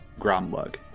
Gromlug